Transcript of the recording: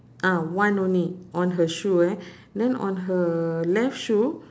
ah one only on her shoe eh then on her left shoe